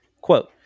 Quote